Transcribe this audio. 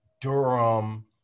Durham